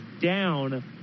down